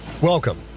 Welcome